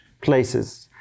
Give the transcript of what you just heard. places